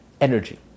energy